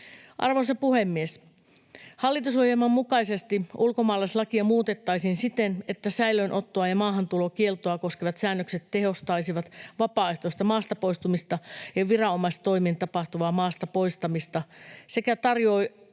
Arvoisa puhemies! Hallitusohjelman mukaisesti ulkomaalaislakia muutettaisiin siten, että säilöönottoa ja maahantulokieltoa koskevat säännökset tehostaisivat vapaaehtoista maasta poistumista ja viranomaistoimin tapahtuvaa maasta poistamista sekä tarjoaisivat